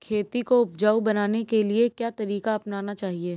खेती को उपजाऊ बनाने के लिए क्या तरीका अपनाना चाहिए?